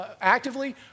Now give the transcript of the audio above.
actively